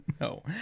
No